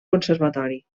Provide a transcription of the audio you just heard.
conservatori